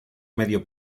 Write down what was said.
medio